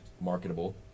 marketable